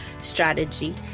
strategy